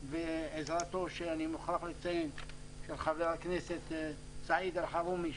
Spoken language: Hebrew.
ובעזרתו של חבר הכנסת סעיד אלחרומי,